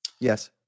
Yes